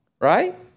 Right